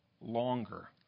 longer